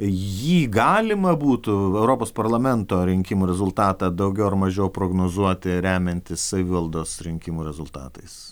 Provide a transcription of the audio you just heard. jį galima būtų europos parlamento rinkimų rezultatą daugiau ar mažiau prognozuoti remiantis savivaldos rinkimų rezultatais